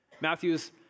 Matthew's